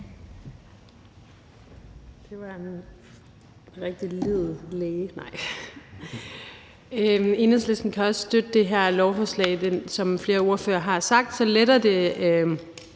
Pernille Skipper (EL): Enhedslisten kan også støtte det her lovforslag. Som flere ordførere har sagt, letter det